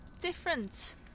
Different